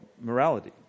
morality